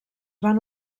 van